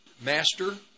master